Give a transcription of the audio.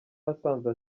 asanzwe